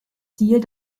ziel